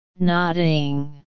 Nodding